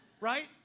right